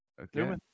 Okay